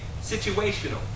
situational